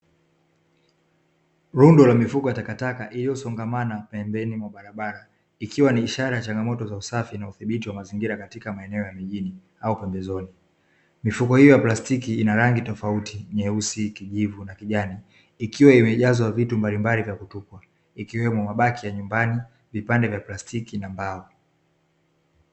Rundo la mifuko ya takataka iliyosongamana pembeni ya barabara, ikiwa ni ishara ya changamoto ya usafi na udhibiti wa mazingira katika maeneo ya mijini, au pembezoni. Mifuko hiyo ya plastiki ina rangi tofauti, nyeusi, kijivu na kijani ikiwa imejazwa vitu mbalimbali vya kutupwa ikiwemo mabaki ya nyumbani, vipande vya plastiki na mbao.